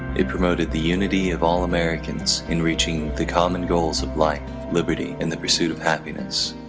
it promoted the unity of all americans in reaching the common goals of life liberty and the pursuit of happiness